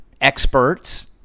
Experts